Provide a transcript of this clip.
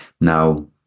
Now